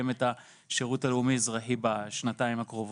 את השירות הלאומי-אזרחי בשנתיים הקרובות.